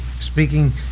speaking